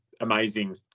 amazing